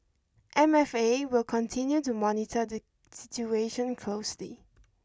M F A will continue to monitor the situation closely